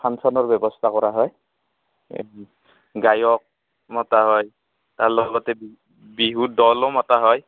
ফাংচনৰ ব্যৱস্থা কৰা হয় গায়ক মতা হয় তাৰ লগতে বি বিহু দলো মতা হয়